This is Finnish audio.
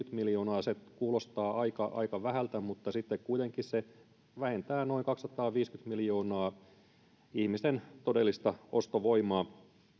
miljoonaa kuulostaa toisaalta aika vähältä mutta sitten kuitenkin se vähentää noin kaksisataaviisikymmentä miljoonaa ihmisten todellista ostovoimaa